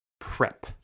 prep